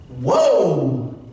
Whoa